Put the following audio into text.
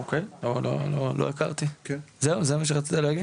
אוקי, לא הכרתי, זהו, זה מה שרצית להגיד?